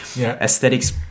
Aesthetics